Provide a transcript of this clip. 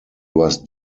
was